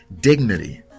dignity